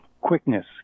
Quickness